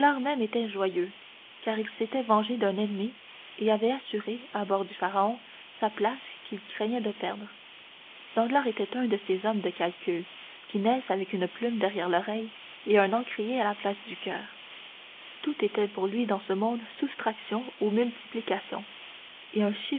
même était joyeux car il s'était vengé d'un ennemi et avait assuré à bord du pharaon sa place qu'il craignait de perdre danglars était un de ces hommes de calcul qui naissent avec une plume derrière l'oreille et un encrier à la place du coeur tout était pour lui dans ce monde soustraction ou multiplication et un